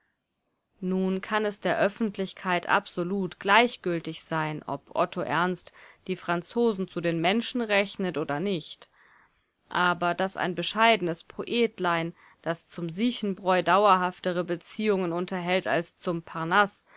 nun kann es der öffentlichkeit absolut gleichgültig sein ob otto ernst die franzosen zu den menschen rechnet oder nicht aber daß ein bescheidenes poetlein das zum siechenbräu dauerhaftere beziehungen unterhält als zum